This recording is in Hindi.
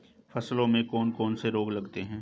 फसलों में कौन कौन से रोग लगते हैं?